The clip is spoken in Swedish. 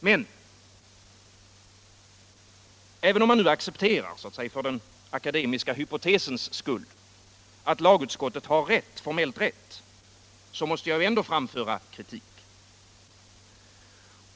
Men om man nu accepterar — för den akadecmiska hypotesens skull — att lagutskottet har formellt rätt, så måste jag ändå framföra kritik.